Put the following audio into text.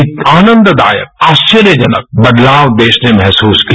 एक आनंददायक आश्चर्यजनक बदलाव देश ने महसूस किया